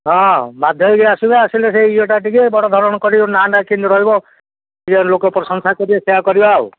ହଁ ବାଧ୍ୟ ହେଇକି ଆସିବେ ଆସିଲେ ସେଇ ଇଏଟା ଟିକେ ବଡ଼ ଧରଣର କରିବ ନାଁ ଟା କେମିତି ରହିବ ଟିକିଏ ଲୋକ ପ୍ରଶଂସା କରିବେ ସେଆ କରିବା ଆଉ